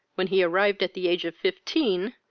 when he arrived at the age of fifteen,